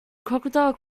crocodile